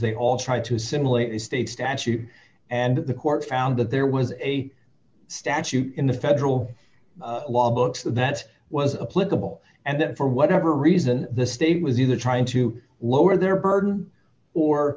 they all tried to simulate a state statute and the court found that there was a statute in the federal law books that was a political and that for whatever reason the state was either trying to lower their burden